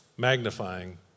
magnifying